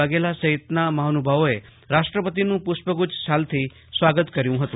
વાઘેલા સહિતના મહાનુભાવો રાષ્ટ્રપતિનું પુષ્કગૃચ્છ તેમજ શાલ થી સ્વાગત કર્યુ હતું